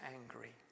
angry